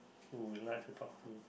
who would like to talk to